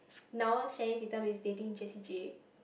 now Channing-Tatum is dating Jessie-J